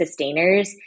sustainers